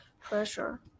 pressure